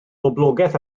boblogaeth